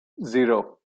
zero